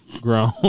grown